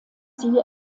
sie